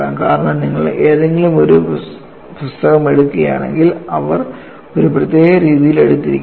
കാരണം നിങ്ങൾ ഏതെങ്കിലും പുസ്തകം എടുക്കുകയാണെങ്കിൽ അവർ ഒരു പ്രത്യേക രീതിയിൽ എടുത്തിരിക്കുന്നു